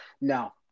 no